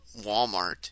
Walmart